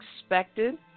expected